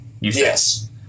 Yes